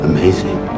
Amazing